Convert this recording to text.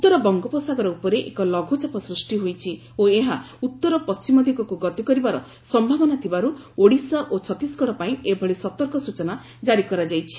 ଉତ୍ତର ବଙ୍ଗୋପସାଗର ଉପରେ ଏକ ଲଘୁଚାପ ସୃଷ୍ଟି ହୋଇଛି ଓ ଏହା ଉତ୍ତର ପଶ୍ଚିମ ଦିଗକୁ ଗତି କରିବାର ସମ୍ଭାବନା ଥିବାରୁ ଓଡ଼ିଶା ଓ ଛତିଶଗଡ଼ ପାଇଁ ଏଭଳି ସତର୍କ ସୂଚନା ଜାରୀ କରାଯାଇଛି